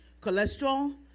cholesterol